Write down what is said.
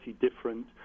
different